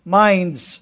minds